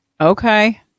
Okay